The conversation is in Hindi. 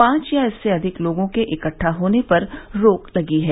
पांच या इससे अधिक लोगों के इकट्ठा होने पर रोक लगी है